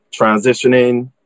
transitioning